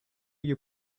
you